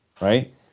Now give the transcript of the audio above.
right